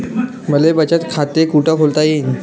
मले बचत खाते कुठ खोलता येईन?